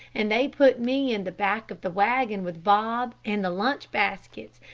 and they put me in the back of the wagon with bob and the lunch baskets,